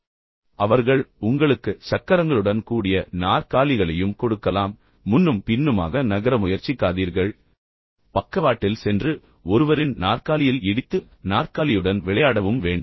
பின்னர் அவர்கள் உங்களுக்கு சக்கரங்களுடன் கூடிய நாற்காலிகளையும் கொடுக்கலாம் எனவே முன்னும் பின்னுமாக நகர முயற்சிக்காதீர்கள் பக்கவாட்டில் சென்று ஒருவரின் நாற்காலியில் இடித்து நாற்காலியுடன் விளையாடவும் வேண்டாம்